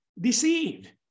deceived